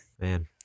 Man